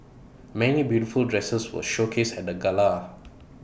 many beautiful dresses were showcased at the gala